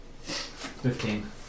Fifteen